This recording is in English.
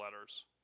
letters